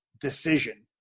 decision